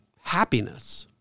happiness